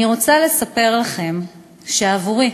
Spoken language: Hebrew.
אני רוצה לספר לכם שעבורי,